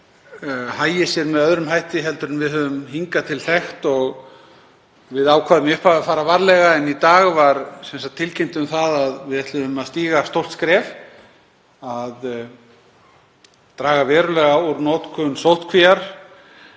landinu hagi sér með öðrum hætti en við höfum hingað til þekkt. Við ákváðum í upphafi að fara varlega en í dag var tilkynnt um að við ætluðum að stíga stórt skref, að draga verulega úr notkun sóttkvíar